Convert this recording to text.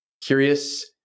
curious